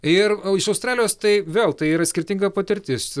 ir iš australijos tai vėl tai yra skirtinga patirtis